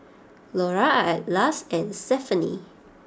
Laura Atlas and Stephany